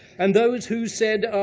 and those who said,